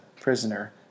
prisoner